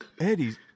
Eddie's